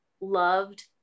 loved